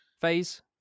phase